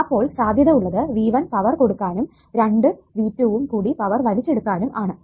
അപ്പോൾ സാധ്യത ഉള്ളത് V1 പവർ കൊടുക്കാനും രണ്ടു V2 വും കൂടി പവർ വലിച്ചെടുക്കാനും ആണ്